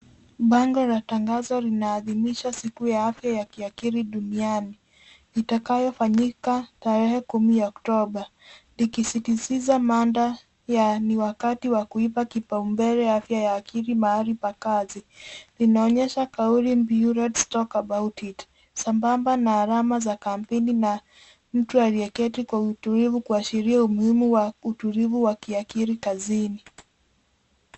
Bango la tangazo linaadhimisha siku ya afya ya kiakili duniani, itakayofanyika tarehe kumi Oktoba, likisisitiza mada ya ni wakati wa kuipa kipaumbele afya ya akili mahali pa kazi. Linaonyesha kauli mbiu let's talk about it , sambamba na alama za kampeni na mtu aliyeketi kwa utulivu kuashiria umuhimu wa utulivu wa kiakili kazini.